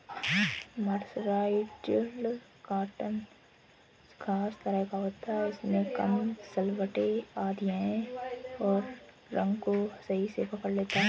mercerised cotton खास तरह का होता है इसमें कम सलवटें आती हैं और रंग को सही से पकड़ लेता है